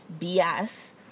BS